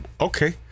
Okay